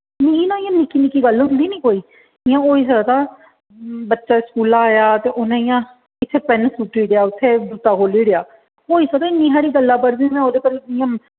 मिगी ना इ'यां निक्की निक्की गल्ल होंदी निं कोई जि'यां होई सकदा बच्चा स्कूला आया ते उ'न्नै इ'यां इत्थै पैन्न सु'ट्टी ओड़ेआ उत्थै जुत्ता खोह्ल्ली ओड़ेआ होई सकदा इन्नी हारी गल्ला पर बी में ओह्दे पर